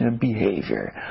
behavior